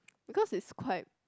because is quite